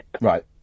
Right